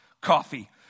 coffee